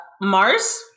Mars